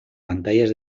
pantallas